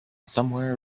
somewhere